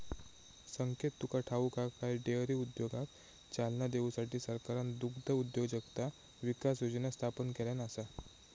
संकेत तुका ठाऊक हा काय, डेअरी उद्योगाक चालना देऊसाठी सरकारना दुग्धउद्योजकता विकास योजना स्थापन केल्यान आसा